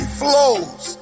flows